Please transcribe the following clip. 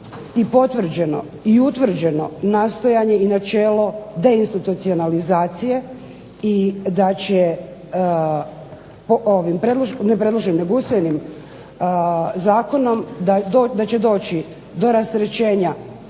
i potvrđeno i utvrđeno nastojanje i načelo deinstitucionalizacije i da će po ovim